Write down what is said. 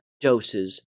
doses